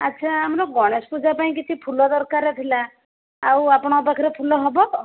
ଆଛା ଆମର ଗଣେଶ ପୂଜା ପାଇଁ କିଛି ଫୁଲ ଦରକାର ଥିଲା ଆଉ ଆପଣଙ୍କ ପାଖରେ ଫୁଲ ହେବ